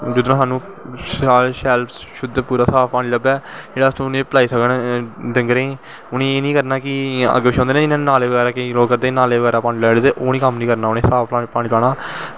जिध्दरा स्हानू शैल शैल शुध्द साह्नू पानी लब्भै ते अस उनेंगी पलैई सकन डंगरें गी उनेंगी एह् नी करनां कि अग्गैं पिच्छें नालें बगैरा नालें बगैरा पानी पलैई ओड़दे ओह् कम्म नी करनां उनेंगी साफ पानी पलैनां